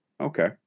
Okay